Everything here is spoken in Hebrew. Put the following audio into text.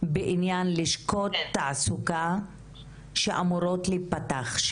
בעניין לשכות תעסוקה שאמורות להיפתח,